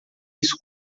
isso